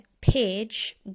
page